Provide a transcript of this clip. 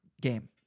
Game